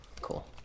cool